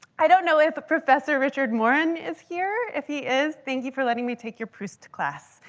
i don't know if the professor richard moran is here. if he is thank you for letting me take your proust class.